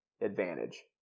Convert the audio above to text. advantage